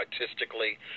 artistically